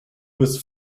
was